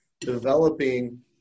developing